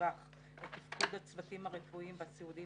לשבח את תפקיד הצוותים הרפואיים והסיעודיים